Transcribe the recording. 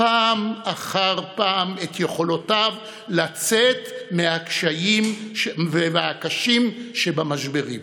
פעם אחר פעם את יכולותיו לצאת מהקשיים ומהקשים שבמשברים.